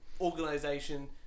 organization